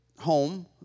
home